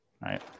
right